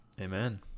Amen